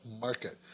market